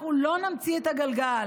אנחנו לא נמציא את הגלגל.